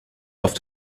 auf